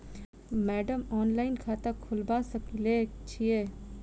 Madam online खाता खोलबा सकलिये छीयै?